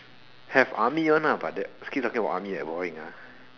have army [one] ah but that keep talking about army like boring ah